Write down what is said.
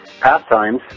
pastimes